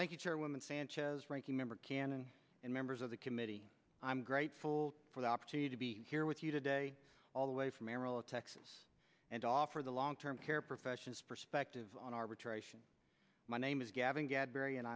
thank you chairwoman sanchez ranking member cannon and members of the committee i'm grateful for the opportunity to be here with you today all the way from merrill texas and offer the long term care professions perspective on arbitration my name is gavin g